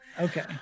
Okay